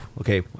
okay